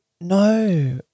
No